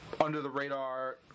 under-the-radar